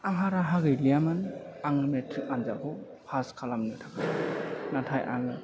आंहा राहा गैलियामोन आं मेट्रिक आनजादखौ फास खालामनो थाखाय नाथाय आङो